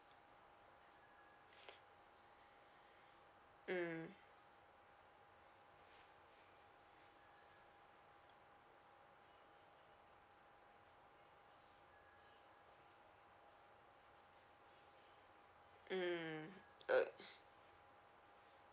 mm uh